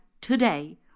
today